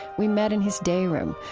we met in his dayroom,